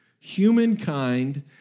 humankind